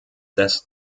des